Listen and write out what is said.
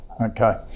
Okay